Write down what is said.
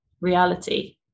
reality